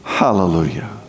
Hallelujah